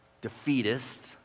defeatist